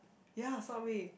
ya subway